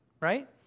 Right